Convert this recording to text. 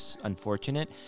unfortunate